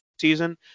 season